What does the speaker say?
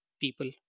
people